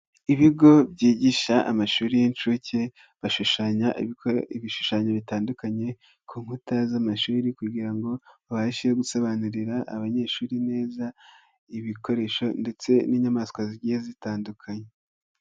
Ibigo byigisha amashuri y'inshuke bashushanya ibishushanyo bitandukanye ku nkuta z'amashuri kugira ngo babashe gusobanurira abanyeshuri neza ibikoresho ndetse n'inyamaswa zigiye zitandukanye.